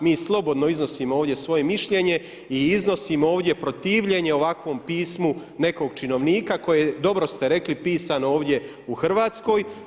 Mi slobodno iznosimo ovdje svoje mišljenje i iznosimo ovdje protivljenje ovakvom pismu nekog činovnika koji je dobro ste rekli pisan ovdje u Hrvatskoj.